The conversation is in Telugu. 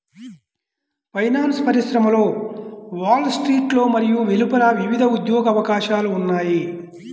ఫైనాన్స్ పరిశ్రమలో వాల్ స్ట్రీట్లో మరియు వెలుపల వివిధ ఉద్యోగ అవకాశాలు ఉన్నాయి